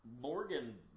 Morgan